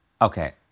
okay